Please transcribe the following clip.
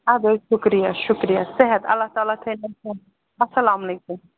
اَدٕ حظ شُکریہ شُکریہ صحت اللہ تعالی اسلام علیکُم